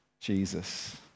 Jesus